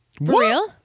real